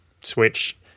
switch